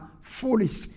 foolish